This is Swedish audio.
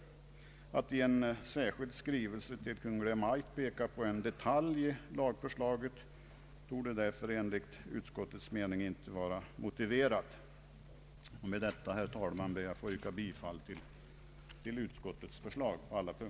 Ait i en särskild skrivelse till Kungl. Maj:t peka på en detalj i lagförslaget, torde därför enligt utskottets mening inte vara motiverat. Med detta, herr talman, ber jag att få yrka bifall till utskottets förslag på alla punkter.